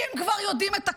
כי הם כבר יודעים את הכתובת,